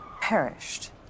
perished